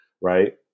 right